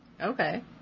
Okay